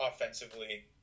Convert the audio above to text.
offensively